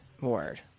Word